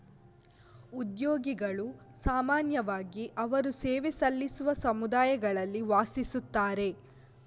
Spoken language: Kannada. ಉದ್ಯೋಗಿಗಳು ಸಾಮಾನ್ಯವಾಗಿ ಅವರು ಸೇವೆ ಸಲ್ಲಿಸುವ ಸಮುದಾಯಗಳಲ್ಲಿ ವಾಸಿಸುತ್ತಾರೆ